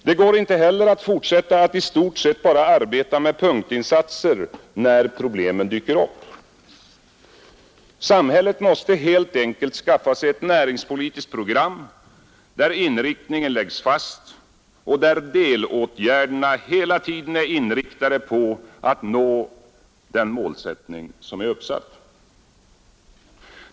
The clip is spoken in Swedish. Det går inte heller att fortsätta att i stort sett bara arbeta med punktinsatser när problemen dyker upp. Samhället måste helt enkelt skaffa sig ett näringspolitiskt program, där inriktningen läggs fast och där delåtgärderna hela tiden är inriktade på att nå den målsättning som är uppsatt.